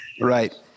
Right